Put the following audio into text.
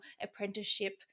apprenticeship